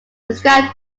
described